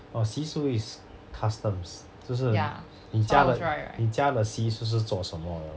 orh 习俗 is customs 就是你家的你家的习俗是做什么的